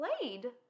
played